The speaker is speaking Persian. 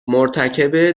مرتکب